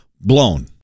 blown